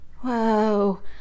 Whoa